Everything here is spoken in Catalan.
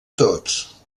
tots